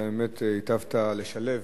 אתה באמת היטבת לשלב,